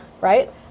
right